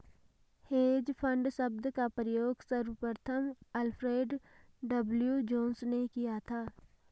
hedge fund शब्द का प्रयोग सर्वप्रथम अल्फ्रेड डब्ल्यू जोंस ने किया था